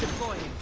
point